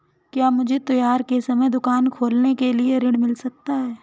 क्या मुझे त्योहार के समय दुकान खोलने के लिए ऋण मिल सकता है?